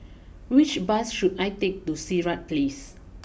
which bus should I take to Sirat place